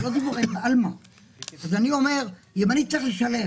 אמר לי פה חבר: "מה אכפת לך, תשלם